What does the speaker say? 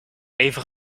even